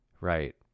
Right